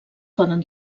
poden